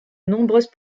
nombreuses